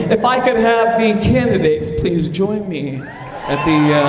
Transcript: if i could have the candidates please join me at the